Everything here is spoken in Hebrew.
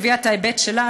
שהביאה את ההיבט שלה,